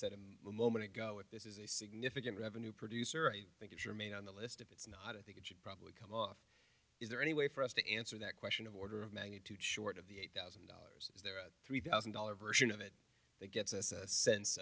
a moment ago if this is a significant revenue producer i think it should remain on the list if it's not i think it should probably come off is there any way for us to answer that question of order of magnitude short of the eight dollars is there at three thousand dollars version of it that gets us a sense